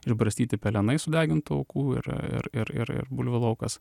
išbarstyti pelenai sudegintų aukų ir ir ir bulvių laukas